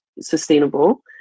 sustainable